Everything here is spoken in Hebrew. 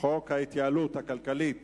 חוק ההתייעלות הכלכלית